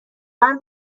حرف